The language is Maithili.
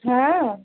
हँ